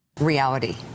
Reality